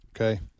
Okay